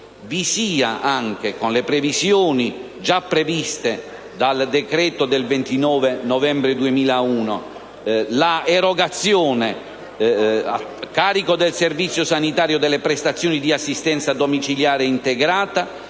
vi sia anche, con le misure già previste dal decreto del 29 novembre 2001, l'erogazione a carico del Servizio sanitario delle prestazioni di assistenza domiciliare integrata,